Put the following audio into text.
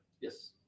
Yes